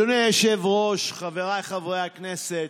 אדוני היושב-ראש, חבריי חברי הכנסת,